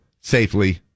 safely